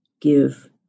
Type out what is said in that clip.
give